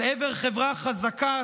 אל עבר חברה חזקה,